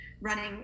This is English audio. running